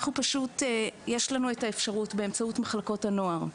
לנו את האפשרות באמצעות מחלקות הנוער,